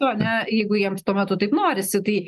ane jeigu jiems tuo metu taip norisi tai